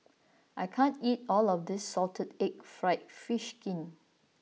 I can't eat all of this Salted Egg Fried Fish Skin